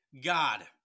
God